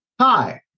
Hi